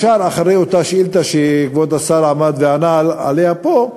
ישר אחרי אותה שאילתה שכבוד השר עמד וענה עליה פה,